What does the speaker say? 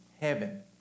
Heaven